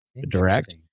direct